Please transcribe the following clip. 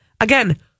Again